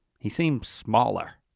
he seemed smaller.